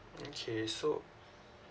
okay so